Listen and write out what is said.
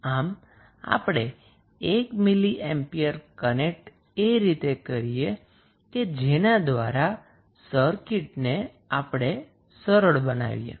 આમ આપણે 1 milliampere connect એ રીતે કરીએ કે જેના દ્વારા સર્કિટને આપણે સરળ બનાવીશું